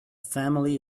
family